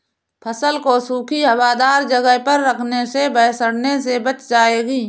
फसल को सूखी, हवादार जगह पर रखने से वह सड़ने से बच जाएगी